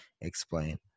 explain